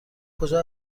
کجا